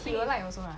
he will like also ah